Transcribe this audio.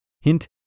Hint